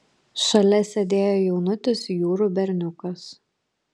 šalia sėdėjo jaunutis jurų berniukas